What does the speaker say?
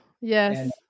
yes